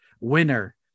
winner